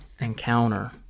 encounter